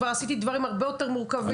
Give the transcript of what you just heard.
כבר עשיתי דברים הרבה יותר מורכבים.